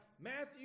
Matthew